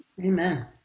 Amen